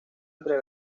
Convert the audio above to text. entre